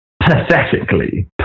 Pathetically